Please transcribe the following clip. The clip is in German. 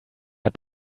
hat